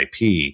IP